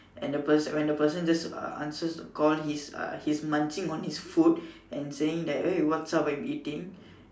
and person when the person just answers the call he's uh he's munching on his food and saying that hey what's up I'm eating